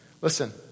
listen